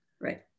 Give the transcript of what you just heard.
Right